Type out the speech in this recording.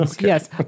yes